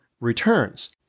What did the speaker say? returns